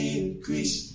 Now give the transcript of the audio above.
increase